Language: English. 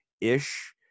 ish